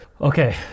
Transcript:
okay